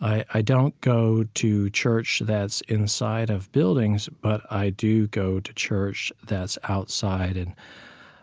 i i don't go to church that's inside of buildings, but i do go to church that's outside. and